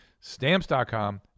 Stamps.com